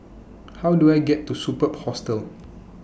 How Do I get to Superb Hostel